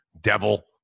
devil